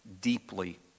deeply